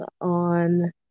on